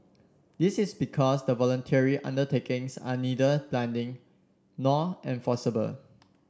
this is because the voluntary undertakings are neither binding nor enforceable